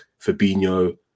Fabinho